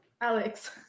Alex